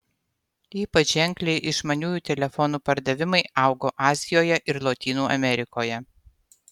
ypač ženkliai išmaniųjų telefonų pardavimai augo azijoje ir lotynų amerikoje